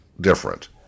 different